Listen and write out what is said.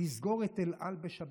לסגור את אל על בשבת.